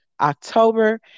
October